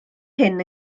hyn